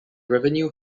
revenue